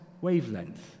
wavelength